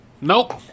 Nope